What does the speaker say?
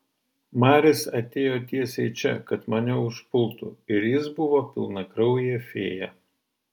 maris atėjo tiesiai čia kad mane užpultų ir jis buvo pilnakraujė fėja